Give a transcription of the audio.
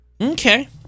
Okay